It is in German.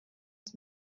des